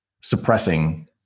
suppressing